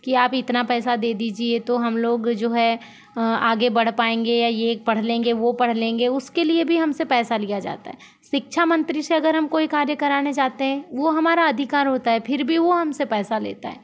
कि आप इतना पैसा दे दीजिए तो हम लोग जो है आगे बढ़ पाएँगे या ये पढ़ लेंगे वो पढ़ लेंगे या उसके लिए भी हम से पैसा लिया जाता है शिक्षा मंत्री से हम कोई कार्य कराने जाते हैं वो हमारा अधिकार होता है फिर भी वो हम से पैसा लेता है